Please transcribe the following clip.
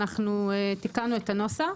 אנחנו תיקנו את הנוסח,